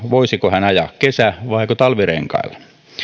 voisiko hän ajaa kesä vaiko talvirenkailla